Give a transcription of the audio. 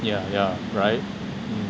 yeah yeah right